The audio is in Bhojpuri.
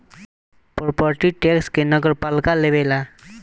प्रोपर्टी टैक्स के नगरपालिका लेवेला